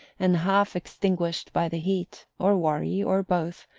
and half-extinguished by the heat, or worry, or both,